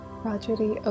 gradually